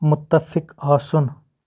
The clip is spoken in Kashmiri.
مُتفِق آسُن